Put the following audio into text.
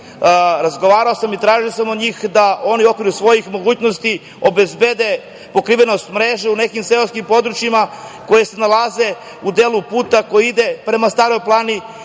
razgovarao sam i tražio sam od njih da oni u okviru svojih mogućnosti obezbede pokrivenost mreže u nekim seoskim područjima koja se nalaze u delu puta koji ide prema Staroj planini,